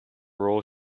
role